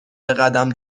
بقدم